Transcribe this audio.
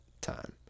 time